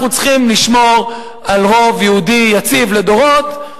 אנחנו צריכים לשמור על רוב יהודי יציב לדורות,